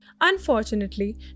Unfortunately